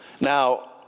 Now